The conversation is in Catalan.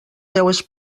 seues